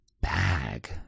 bag